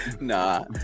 Nah